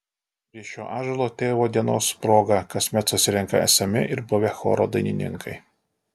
prie šio ąžuolo tėvo dienos proga kasmet susirenka esami ir buvę choro dainininkai